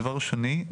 דבר שני,